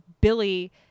Billy